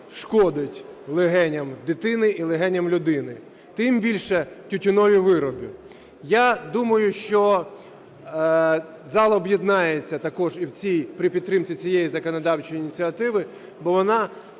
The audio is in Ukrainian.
шкодить легеням дитини і легеням людини, тим більше тютюнові вироби. Я думаю, що зал об'єднається також і в цій… при підтримці цієї законодавчої ініціативи, бо вона